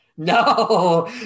No